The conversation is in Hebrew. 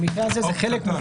במקרה הזה, זה חלק.